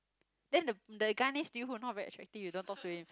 then the the guy next to you who not very attractive you don't talk to him